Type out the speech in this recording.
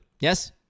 Yes